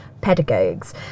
pedagogues